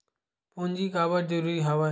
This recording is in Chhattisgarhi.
पूंजी काबर जरूरी हवय?